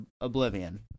oblivion